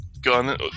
gun